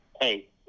hey